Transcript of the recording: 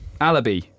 Alibi